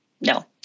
no